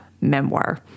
Memoir